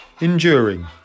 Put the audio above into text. enduring